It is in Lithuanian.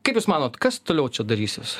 kaip jūs manot kas toliau čia darysis